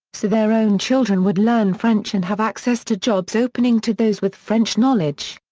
so their own children would learn french and have access to jobs open and to those with french knowledge.